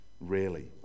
rarely